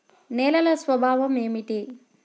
నేలల స్వభావం ఏమిటీ?